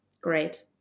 Great